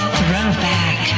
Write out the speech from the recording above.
throwback